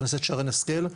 חברת הכנסת שרן השכל,